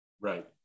Right